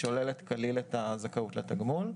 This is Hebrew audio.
שוללת כליל את הזכאות לתגמול.